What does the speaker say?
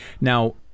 Now